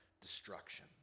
destruction